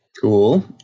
Cool